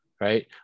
right